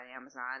Amazon